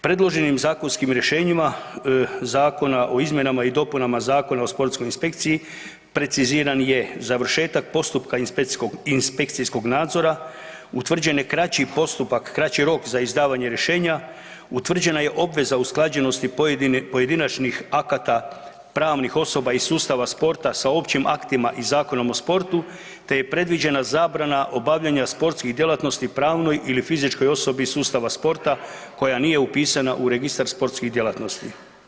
Predloženim zakonskim rješenjima Zakona o izmjenama i dopunama Zakona o sportskoj inspekciji preciziran je završetak postupka inspekcijskog nadzora, utvrđen je kraći postupak, kraći rok za izdavanje rješenja, utvrđena je obveza usklađenosti pojedinačnih akata, pravnim osoba iz sustava sporta sa općim aktima i Zakonom o sportu, te je predviđena zabrana obavljanja sportskih djelatnosti, pravnoj ili fizičkoj osobi iz sustava sporta koja nije upisana u Registar sportskih djelatnosti.